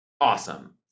awesome